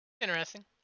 Interesting